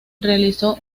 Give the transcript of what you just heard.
realizó